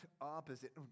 opposite